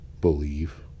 believe